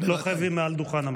לא חייבים מעל דוכן המליאה.